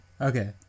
Okay